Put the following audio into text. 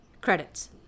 credits